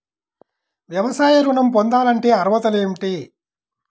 వ్యవసాయ ఋణం పొందాలంటే అర్హతలు ఏమిటి?